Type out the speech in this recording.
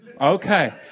Okay